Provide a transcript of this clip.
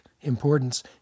importance